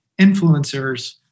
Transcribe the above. influencers